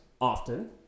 often